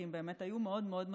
כי הם באמת היו מאוד מאוד מדאיגים.